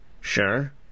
Sure